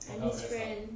I'm his friend